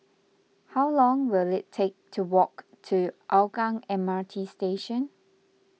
how long will it take to walk to Hougang M R T Station